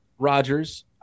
Rodgers